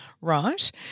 Right